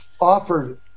offered